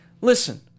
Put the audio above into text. listen